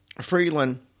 Freeland